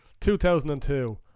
2002